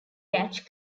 yacht